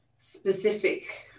Specific